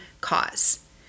cause